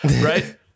right